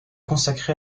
consacré